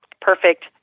perfect